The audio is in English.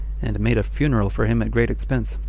and made a funeral for him at great expense.